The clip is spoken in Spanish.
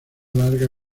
larga